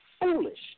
foolish